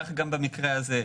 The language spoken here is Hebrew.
וכך גם במקרה הזה.